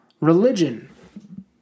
religion